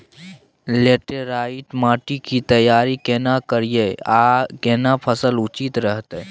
Laterite माटी की तैयारी केना करिए आर केना फसल उचित रहते?